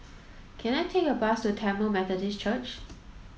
can I take a bus to Tamil Methodist Church